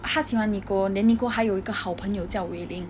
他喜欢 nicole then nicole 还有一个好朋友叫 wei ling